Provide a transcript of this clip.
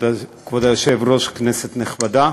כבוד היושב-ראש, כנסת נכבדה,